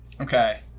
Okay